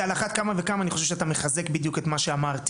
על אחת כמה וכמה אני חושב שאתה מחזק בדיוק את מה שאמרתי.